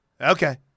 Okay